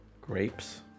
grapes